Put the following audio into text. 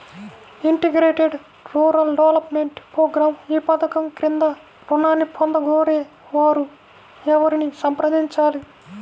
Integrated rural development programme ఈ పధకం క్రింద ఋణాన్ని పొందగోరే వారు ఎవరిని సంప్రదించాలి?